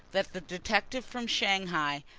that the detective from shanghai,